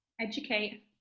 Educate